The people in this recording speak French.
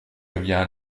devient